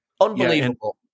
Unbelievable